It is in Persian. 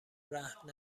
رحم